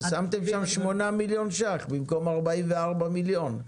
שמתם שם שמונה מיליון ₪ במקום 44 מיליון.